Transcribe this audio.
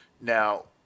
Now